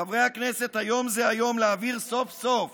חברי הכנסת, היום זה היום להעביר סוף-סוף